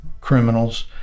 criminals